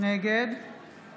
נגד